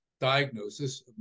diagnosis